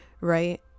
right